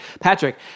Patrick